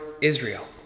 Israel